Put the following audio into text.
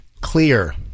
clear